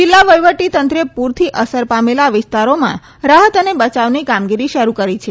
જીલ્લા વઠીવટી તંત્રે પુરથી અસર પામેલા વિસ્તારોમાં રાહત અને બચાવની કામગીરી શરૂ કરી છે